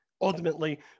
ultimately